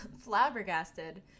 flabbergasted